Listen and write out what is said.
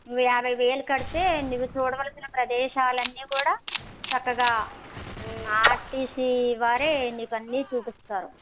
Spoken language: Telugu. యాభై వేలు కడితే నువ్వు చూడవలసిన ప్రదేశాలన్నీ కూడా చక్కగా ఆర్టీసీ వారే నీకు అన్ని చూపిస్తారు